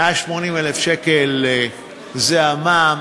180,000 שקלים זה המע"מ.